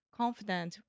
confident